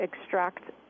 extract